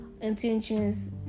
intentions